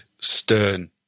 stern